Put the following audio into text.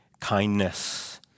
kindness